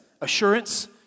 Assurance